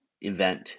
event